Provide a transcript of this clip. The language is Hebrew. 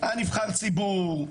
היה נבחר ציבור,